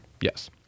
Yes